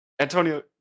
Antonio